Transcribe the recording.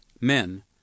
men